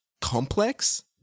complex